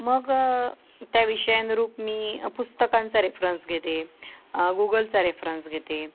मग त्या विषयानुरूप मी पुस्तकांचा रेफ्रन्स घेते गूगलचा रेफ्रन्स घेते